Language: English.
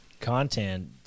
content